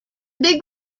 big